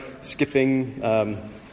skipping